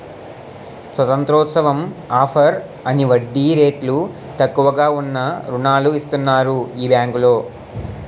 స్వతంత్రోత్సవం offer అని వడ్డీ రేట్లు తక్కువగా ఉన్న రుణాలు ఇస్తన్నారు ఈ బేంకులో